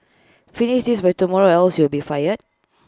finish this by tomorrow or else you'll be fired